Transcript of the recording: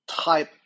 type